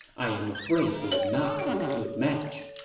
i am afraid it would not be a good match.